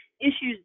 issues